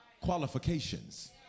qualifications